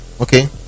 okay